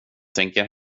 tänker